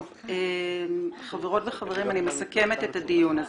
טוב, חברות וחברים, אני מסכמת את הדיון הזה.